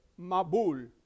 mabul